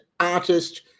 artist